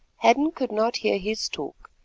hadden could not hear his talk,